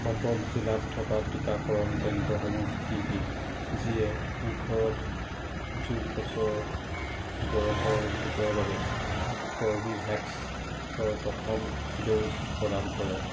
কটক জিলাত থকা টিকাকৰণ কেন্দ্ৰসমূহ কি কি যিয়ে ওঠৰ যোগ বছৰ বয়সৰ গোটৰ বাবে কৰ্বীভেক্সৰ প্ৰথম ড'জ প্ৰদান কৰে